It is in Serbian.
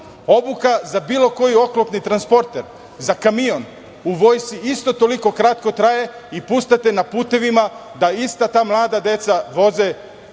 Obuka za bilo koji oklopni transporter, za kamion, u vojsci isto toliko kratko traje i puštate na putevima da ista ta mlada deca voze